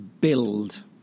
build